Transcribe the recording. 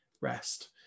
rest